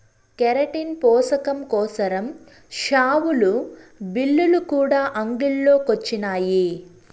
keratin పోసకం కోసరం షావులు, బిల్లులు కూడా అంగిల్లో కొచ్చినాయి